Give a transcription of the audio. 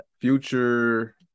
Future